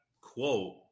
quote